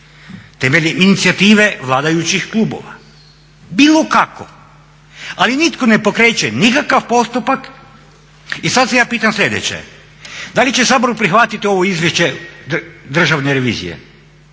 temeljem inicijative vladajućih klubova. Bilo kako, ali nitko ne pokreće nikakav postupak i sad se ja pitam sljedeće: Da li će Sabor prihvatiti ovo izvješće Državne revizije?